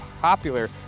popular